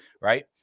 right